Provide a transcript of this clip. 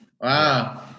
Wow